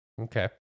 Okay